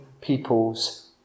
people's